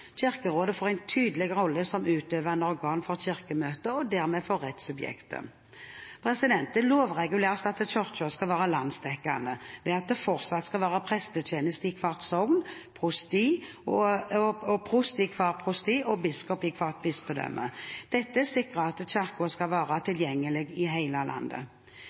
Kirkerådet får en tydelig rolle som utøvende organ for Kirkemøtet, og dermed for rettssubjektet. Det lovreguleres at Kirken skal være landsdekkende ved at det fortsatt skal være prestetjeneste i hvert sokn, prost i hvert prosti og biskop i hvert bispedømme. Dette sikrer at Kirken skal være tilgjengelig i hele landet.